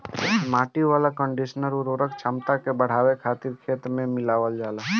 माटी वाला कंडीशनर उर्वरक क्षमता के बढ़ावे खातिर खेत में मिलावल जाला